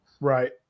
Right